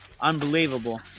unbelievable